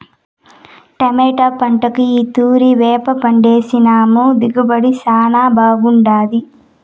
tomato పంటకు ఈ తూరి వేపపిండేసినాము దిగుబడి శానా బాగుండాది